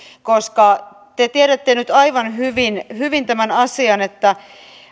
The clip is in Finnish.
koska te tiedätte nyt aivan hyvin hyvin tämän asian eli että